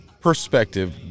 perspective